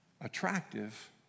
attractive